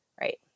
Right